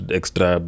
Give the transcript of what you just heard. extra